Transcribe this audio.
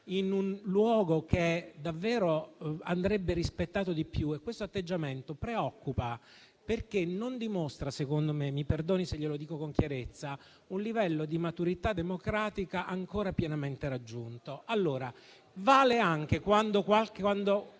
un luogo che davvero andrebbe rispettato di più, e questo atteggiamento preoccupa, perché secondo me non dimostra - mi perdoni se glielo dico con chiarezza - un livello di maturità democratica ancora pienamente raggiunto. Questo vale anche quando